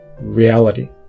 reality